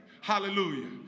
Hallelujah